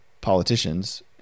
politicians